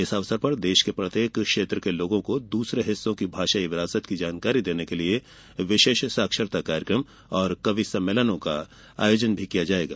इस अवसर पर देश के प्रत्येक क्षेत्र के लोगों को दूसरे हिस्सों की भाषाई विरासत की जानकारी देने के लिए विशेष साक्षरता कार्यक्रम और कवि सम्मेलनों का आयोजन किया जाएगा